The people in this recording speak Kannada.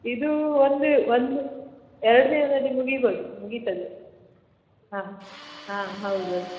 ಇದು ಒಂದು ಒಂದು ಎರಡು ದಿನದಲ್ಲಿ ಮುಗಿಬೌದು ಮುಗಿತದೆ ಹಾಂ ಹಾಂ ಹೌದು